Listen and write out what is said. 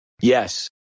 Yes